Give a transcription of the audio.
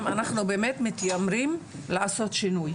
אם אנחנו מתיימרים לעשות שינוי.